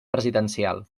presidencial